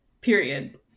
period